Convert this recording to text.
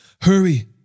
Hurry